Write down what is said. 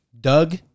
Doug